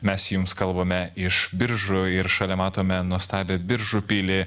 mes jums kalbame iš biržų ir šalia matome nuostabią biržų pilį